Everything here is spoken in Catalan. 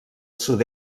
sud